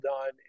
done